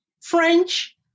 French